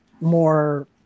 more